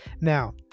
Now